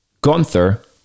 Gunther